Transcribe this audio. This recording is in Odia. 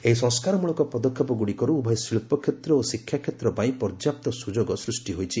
ଏହି ସଂସ୍କାରମଳକ ପଦକ୍ଷେପଗୁଡ଼ିକରୁ ଉଭୟ ଶିଳ୍ପ କ୍ଷେତ୍ର ଓ ଶିକ୍ଷା କ୍ଷେତ୍ର ପାଇଁ ପର୍ଯ୍ୟାପ୍ତ ସୁଯୋଗମାନ ସୃଷ୍ଟି ହୋଇଛି